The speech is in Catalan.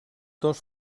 dos